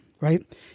right